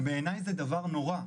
ובעיניי זה דבר נורא,